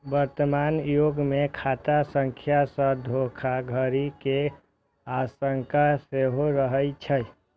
वर्तमान युग मे खाता संख्या सं धोखाधड़ी के आशंका सेहो रहै छै